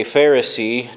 Pharisee